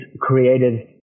created